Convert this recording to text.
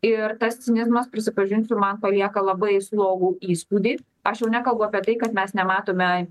ir tas cinizmas prisipažinsiu man palieka labai slogų įspūdį aš jau nekalbu apie tai kad mes nematome